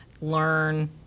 learn